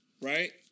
right